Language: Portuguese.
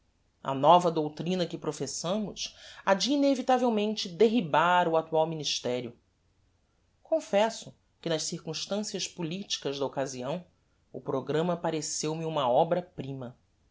a nova doutrina que professamos ha de inevitavelmente derribar o actual ministerio confesso que nas circumstancias politicas da occasião o programma pareceu-me uma